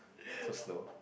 so slow